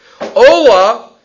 Ola